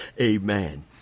Amen